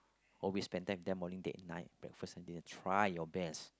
always back take them only date night breakfast and then try your best